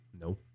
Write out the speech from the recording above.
No